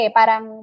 parang